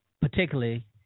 particularly